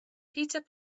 peter